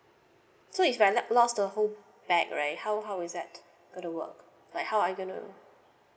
so if I like lost the whole bag right how how is that gotta work like how I gonna